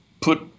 put